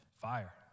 fire